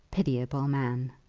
pitiable man.